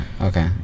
okay